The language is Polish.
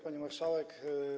Pani Marszałek!